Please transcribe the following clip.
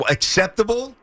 acceptable